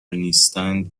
نیستند